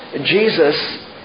Jesus